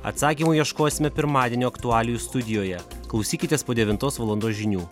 atsakymų ieškosime pirmadienio aktualijų studijoje klausykitės po devintos valandos žinių